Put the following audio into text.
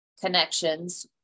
connections